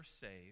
saved